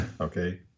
Okay